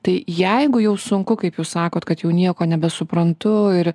tai jeigu jau sunku kaip jūs sakot kad jau nieko nebesuprantu ir